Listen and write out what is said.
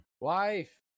Wife